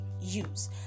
use